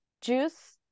Juice